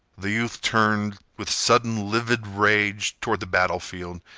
the youth turned, with sudden, livid rage, toward the battlefield.